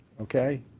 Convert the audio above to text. okay